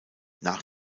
nach